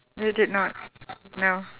you did not no